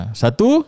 satu